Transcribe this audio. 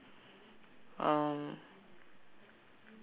um